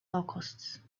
locusts